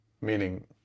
meaning